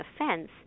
offense